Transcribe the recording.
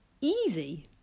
easy